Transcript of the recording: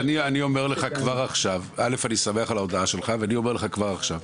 אני שמח על ההודעה שלך ואני אומר לך כבר עכשיו,